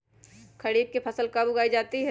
खरीफ की फसल कब उगाई जाती है?